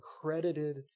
credited